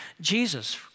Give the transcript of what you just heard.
Jesus